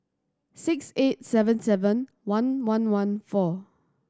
six eight seven seven one one one four